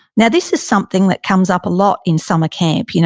now this is something that comes up a lot in summer camp. you know